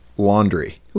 Laundry